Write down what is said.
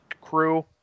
crew